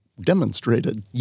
Demonstrated